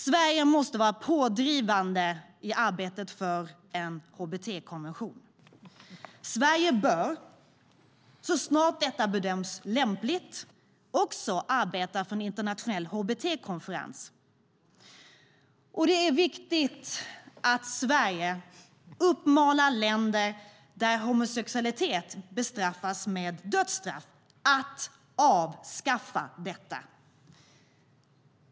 Sverige måste vara pådrivande i arbetet för en hbt-konvention. Sverige bör, så snart detta bedöms lämpligt, också arbeta för en internationell hbt-konferens. Och det är viktigt att Sverige uppmanar länder där homosexualitet bestraffas med dödstraff att avskaffa detta.